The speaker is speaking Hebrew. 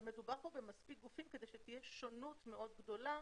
מדובר פה במספיק גופים כדי שתהיה שונות מאוד גדולה